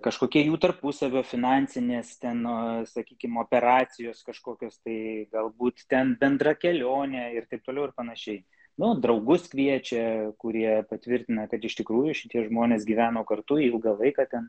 kažkokie jų tarpusavio finansinės ten sakykim operacijos kažkokios tai galbūt ten bendra kelionė ir taip toliau ir panašiai nu draugus kviečia kurie patvirtina kad iš tikrųjų šitie žmonės gyveno kartu ilgą laiką ten